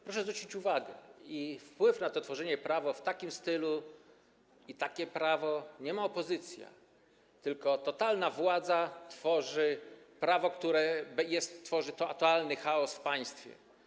Proszę zwrócić uwagę: wpływu na tworzenie prawa w takim stylu i na takie prawo nie ma opozycja, tylko totalna władza tworzy prawo, które tworzy totalny chaos w państwie.